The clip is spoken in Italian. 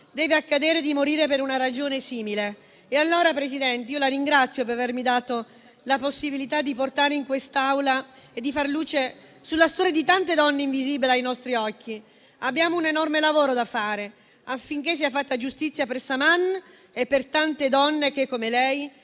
deve accadere di morire per una ragione simile. Presidente, la ringrazio per avermi dato la possibilità di portare in quest'Aula questo caso e di far luce sulla storia di tante donne invisibili ai nostri occhi. Abbiamo un enorme lavoro da fare affinché sia fatta giustizia per Saman e per tante donne che come lei